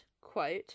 quote